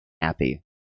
happy